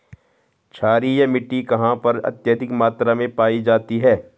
क्षारीय मिट्टी कहां पर अत्यधिक मात्रा में पाई जाती है?